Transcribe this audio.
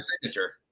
signature